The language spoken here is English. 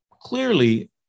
Clearly